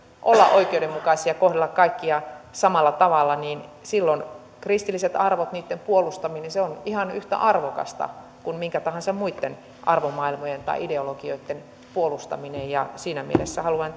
olla oikeudenmukaisia kohdella kaikkia samalla tavalla silloin kristilliset arvot niitten puolustaminen on ihan yhtä arvokasta kuin minkä tahansa muitten arvomaailmojen tai ideologioitten puolustaminen siinä mielessä haluan